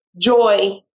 joy